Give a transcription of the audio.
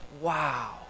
wow